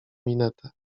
minetę